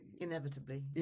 Inevitably